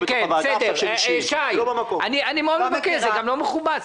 אני מאוד מבקש, זה גם לא מכובד.